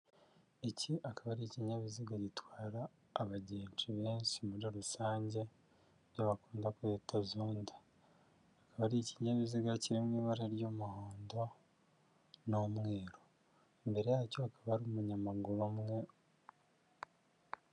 Iki akaba ari ikinyabiziga gitwara abagenzi benshi muri rusange iyo bakunda kwita zonda, akaba ari ikinyabiziga kirimo ibara ry'umuhondo n'umweru, imbere yacyo akaba ari umunyamaguru umwe.